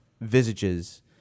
visages